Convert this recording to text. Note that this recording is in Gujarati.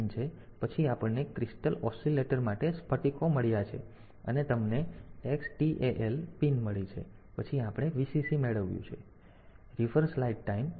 પછી આપણને ક્રિસ્ટલ ઓસિલેટર માટે સ્ફટિકો મળ્યા છે અને તમને XTAL પિન મળી છે પછી આપણે Vcc મેળવ્યું છે